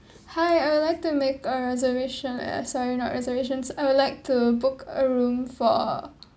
hi I would like to make a reservation eh sorry not reservations I would like to book a room for